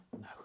no